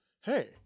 hey